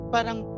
parang